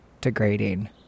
degrading